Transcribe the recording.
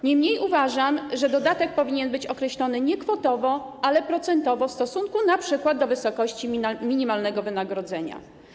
Niemniej uważam, że dodatek powinien być określony nie kwotowo, ale procentowo w stosunku np. do wysokości minimalnego wynagrodzenia.